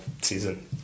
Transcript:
season